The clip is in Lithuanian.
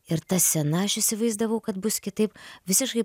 ir ta scena aš įsivaizdavau kad bus kitaip visiškai